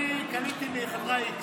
אני קניתי מחברה x,